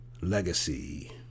Legacy